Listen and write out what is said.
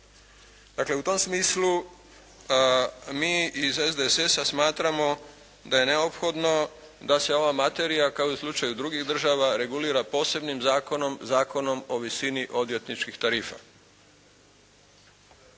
Dakle, u tom smislu mi iz SDSS-a smatramo da je neophodno da se ova materija, kao i u slučaju drugih država regulira posebnim zakonom, Zakonom o visini odvjetničkih tarifa.